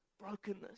brokenness